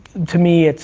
to me, it's,